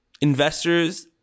investors